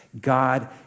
God